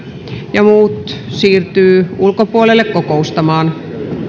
ja muut siirtyvät ulkopuolelle kokoustamaan